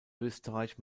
österreich